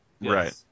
right